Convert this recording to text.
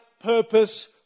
purpose